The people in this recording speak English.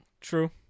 True